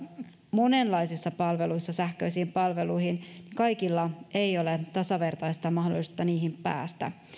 monenlaisissa palveluissa sähköisiin palveluihin niin kaikilla ei ole tasavertaista mahdollisuutta niihin päästä